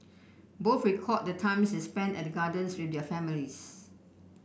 both recalled the times they spent at the gardens with their families